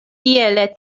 iele